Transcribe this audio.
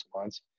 months